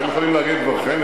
אתם יכולים להגיד את דברכם,